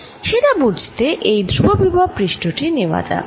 সেটা বুঝতে এই ধ্রুববিভব পৃষ্ঠ টি নেওয়া যাক